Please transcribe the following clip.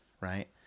Right